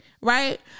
right